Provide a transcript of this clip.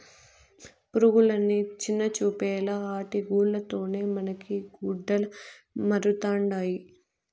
పురుగులని చిన్నచూపేలా ఆటి గూల్ల తోనే మనకి గుడ్డలమరుతండాయి